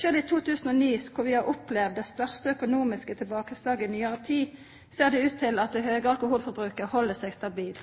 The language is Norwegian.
Sjølv i 2009, då vi opplevde det største økonomiske tilbakeslaget i nyare tid, ser det ut til at det høge alkoholforbruket heldt seg stabilt.